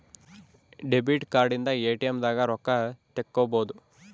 debit card ಇಂದ ATM ದಾಗ ರೊಕ್ಕ ತೆಕ್ಕೊಬೋದು